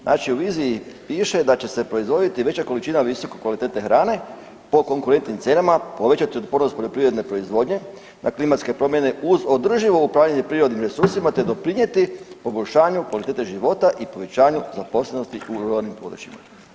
Znači u viziji piše da će se proizvoditi veća količina visokokvalitetne hrane po konkurentnim cijenama, povećati otpornost poljoprivredne proizvodnje na klimatske promjene uz održivo upravljanje prirodnim resursima, te doprinjeti poboljšanju kvalitete života i povećanju zaposlenosti u ruralnim područjima.